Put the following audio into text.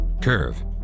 curve